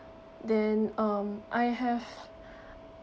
then um I have